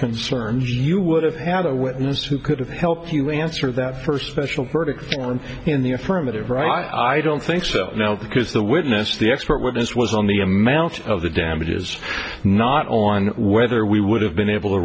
concerned you would have had a witness who could have helped you answer that first special verdict in the affirmative i don't think so because the witness the expert witness was on the amount of the damages not or on whether we would have been able to